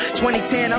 2010